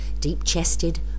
Deep-chested